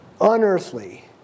unearthly